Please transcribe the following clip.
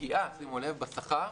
בשכר